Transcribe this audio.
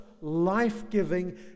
life-giving